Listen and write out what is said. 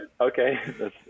okay